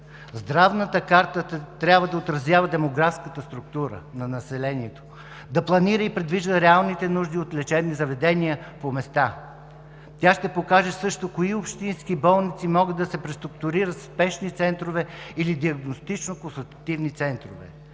Здравната карта трябва да отразява демографската структура на населението, да планира и предвижда реалните нужди от лечебни заведения по места. Тя ще покаже също кои общински болници могат да се преструктурират в спешни центрове или в диагностично-консултативни центрове.